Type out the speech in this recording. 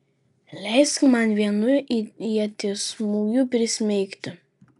leisk man vienu ieties smūgiu prismeigti